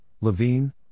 Levine